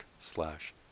slash